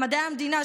למדעי המדינה,